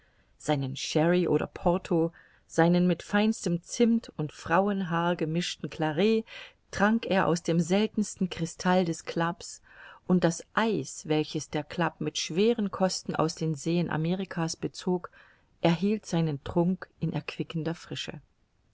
seinen sherry oder porto seinen mit feinstem zimmt und frauenhaar gemischten claret trank er aus dem seltensten krystall des clubs und das eis welches der club mit schweren kosten aus den seen amerika's bezog erhielt seinen trunk in erquickender frische